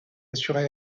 assurée